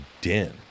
den